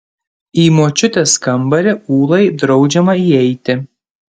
į močiutės kambarį ūlai draudžiama įeiti